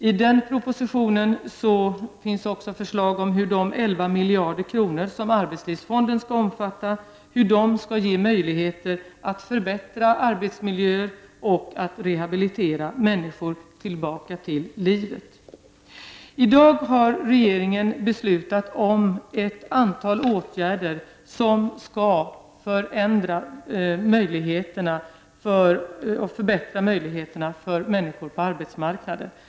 I den propositionen finns också förslag om hur de 11 miljarder kronor som arbetslivsfonden skall omfatta skall ge möjligheter att förbättra arbetsmiljöer och att rehabilitera människor tillbaka till livet. I dag har regeringen beslutat om ett antal åtgärder som skall förbättra möjligheterna för människor på arbetsmarknaden.